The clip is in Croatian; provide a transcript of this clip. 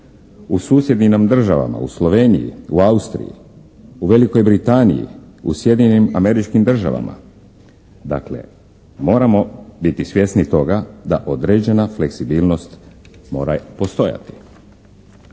u susjednim nam državama, u Sloveniji, u Austriji, u Velikoj Britaniji, u Sjedinjenim Američkim Državama, dakle moramo biti svjesni toga da određena fleksibilnost mora postojati.